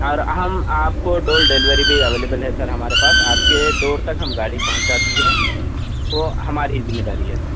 اور ہم آپ کو ڈول ڈلیوری بھی اویلیبل ہے سر ہمارے پاس آپ کے ڈور تک ہم گاڑی پہنچا دیں گے تو ہماری ذمہ داری ہے